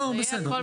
בסדר.